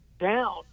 down